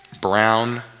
brown